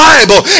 Bible